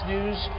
News